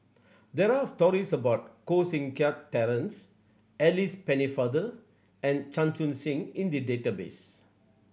there' re stories about Koh Seng Kiat Terence Alice Pennefather and Chan Chun Sing in the database